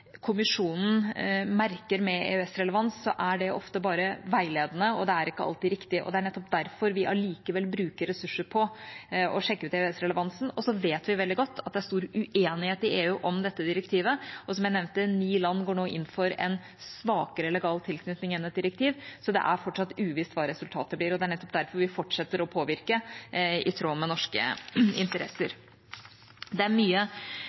Kommisjonen merker med EØS-relevans, er det ofte bare veiledende, og det er ikke alltid riktig. Det er nettopp derfor vi allikevel bruker ressurser på å sjekke ut EØS-relevansen. Vi vet veldig godt at det er stor uenighet i EU om dette direktivet, og som jeg nevnte, går nå ni land inn for en svakere legal tilknytning enn et direktiv, så det er fortsatt uvisst hva resultatet blir, og det er nettopp derfor vi fortsetter å påvirke i tråd med norske interesser. Det er mye